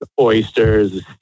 oysters